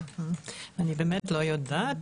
אני באמת לא יודעת.